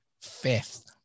Fifth